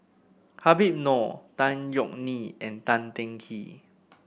Habib Noh Tan Yeok Nee and Tan Teng Kee